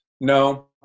no